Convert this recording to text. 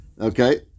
okay